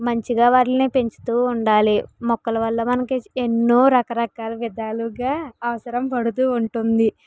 మంచిగా వాటిని పెంచుతూ ఉండాలి మొక్కల వల్ల మనకు ఎన్నో రకరకాల విధాలుగా అవసరం పడుతూ ఉంటుంది